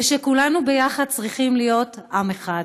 וכולנו ביחד צריכים להיות עם אחד.